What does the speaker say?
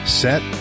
set